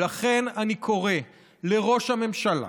ולכן אני קורא לראש הממשלה,